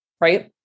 Right